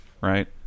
right